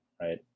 Right